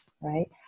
right